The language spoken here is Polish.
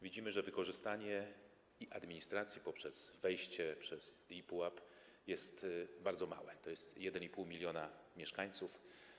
Widzimy, że wykorzystanie e-administracji poprzez wejście przez ePUAP jest bardzo małe, to jest 1,5 mln mieszkańców.